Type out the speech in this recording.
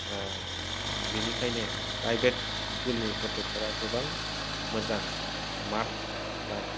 बिनिखायनो प्राइभेट स्कुलना गथ'फोरा गोबां मोजां मार्क बा